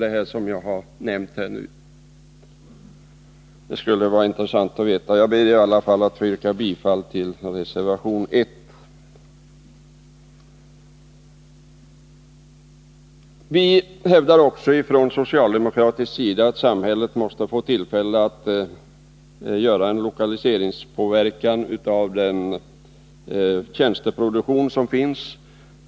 Det skulle vara intressant att veta det. Jag ber att få yrka bifall till reservation 1. Vi hävdar också från socialdemokratisk sida att samhället måste få tillfälle att göra en lokaliseringspåverkan av tjänsteproduktionen.